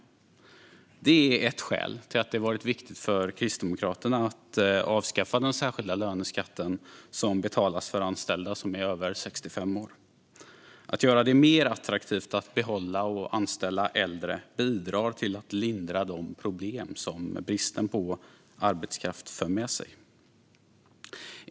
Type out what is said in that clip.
Det är ett skäl till att det varit viktigt för Kristdemokraterna att avskaffa den särskilda löneskatt som betalas för anställda som är över 65 år. Att göra det mer attraktivt att behålla och anställa äldre bidrar till att lindra de problem som bristen på arbetskraft för med sig.